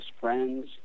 friends